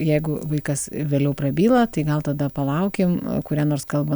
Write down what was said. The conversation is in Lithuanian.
jeigu vaikas vėliau prabyla tai gal tada palaukim kurią nors kalbą